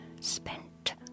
spent